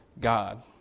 God